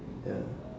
ya